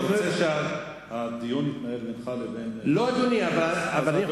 אתה רוצה שהדיון יתנהל בינך לבין חבר הכנסת